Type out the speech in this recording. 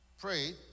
prayed